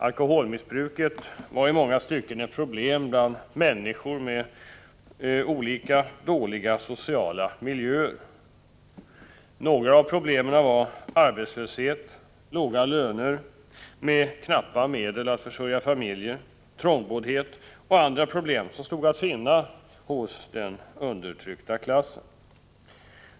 Alkoholmissbruket var i många stycken ett problem bland människor med olika dåliga sociala miljöer. Några av problemen var: Arbetslöshet, låga löner med knappa medel att försörja familjen, trångboddhet och andra problem som stod att finna hos den undertryckta klassen.